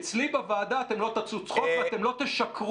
אצלי בוועדה אתם לא תעשו צחוק ואתם לא תשקרו